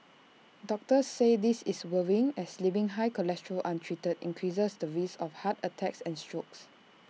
doctors say this is worrying as leaving high cholesterol untreated increases the risk of heart attacks and strokes